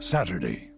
Saturday